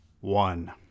One